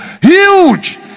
huge